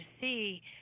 see